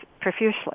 profusely